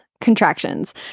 Contractions